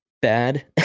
bad